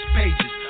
pages